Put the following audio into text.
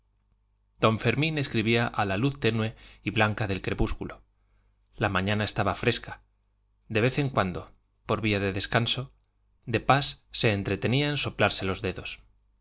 don fermín escribía a la luz tenue y blanca del crepúsculo la mañana estaba fresca de vez en cuando por vía de descanso de pas se entretenía en soplarse los dedos